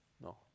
No